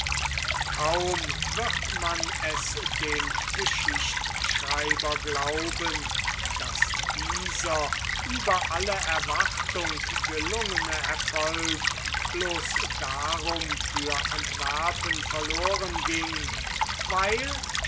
kaum wird man es dem geschichtschreiber glauben daß dieser über alle erwartung gelungene erfolg bloß darum für antwerpen verloren ging weil